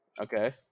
Okay